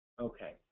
Okay